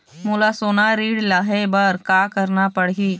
मोला सोना ऋण लहे बर का करना पड़ही?